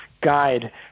guide